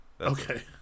Okay